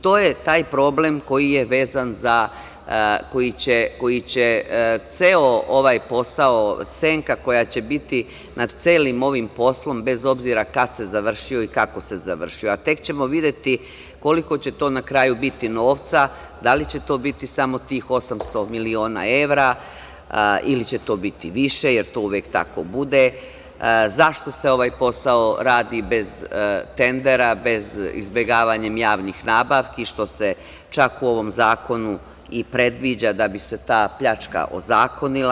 To je taj problem koji će ceo ovaj posao, senka koja će biti nad celim ovim poslom, bez obzira kad se završio i kako se završio, a tek ćemo videti koliko će to na kraju biti novca, da li će to biti samo tih 800 miliona evra ili će to biti više, jer to uvek tako bude, zašto se ovaj posao radi bez tendera, izbegavanjem javnih nabavki, što se čak u ovom zakonu i predviđa, da bi se ta pljačka ozakonila.